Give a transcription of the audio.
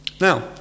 now